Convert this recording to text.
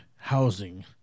Housing